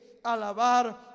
alabar